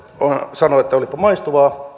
että olipa maistuvaa